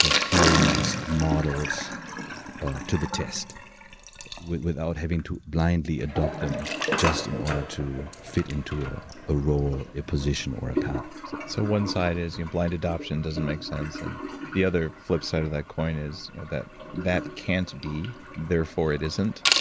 ah theories, models ah to the test without having to blindly adopt them, just in order to fit into ah a role, a position, or a path so one side is blind adoption doesn't make sense, and the other flip side of that coin is that that can't be, therefore it isn't,